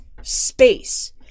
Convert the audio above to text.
space